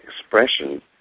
expression